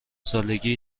سالگی